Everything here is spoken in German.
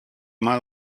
mal